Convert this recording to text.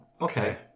Okay